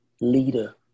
leader